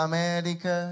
America